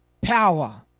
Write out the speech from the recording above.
Power